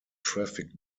traffic